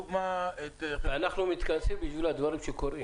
אנחנו מתכנסים בשביל הדברים שקורים.